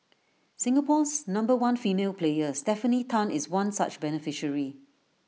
Singapore's number one female player Stefanie Tan is one such beneficiary